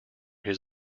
his